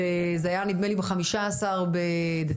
זה היה נדמה לי ב-15 בדצמבר.